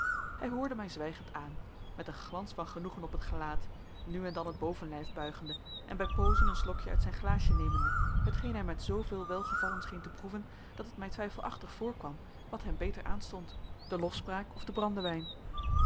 hij hoorde mij zwijgend aan met een glans van genoegen op het gelaat nu en dan het bovenlijf buigende en bij poozen een slokje uit zijn glaasje nemende hetgeen hij met zooveel welgevallen scheen te proeven dat het mij twijfelachtig voorkwam wat hem beter aanstond de lofspraak of de brandewijn